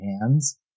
hands